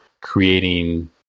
creating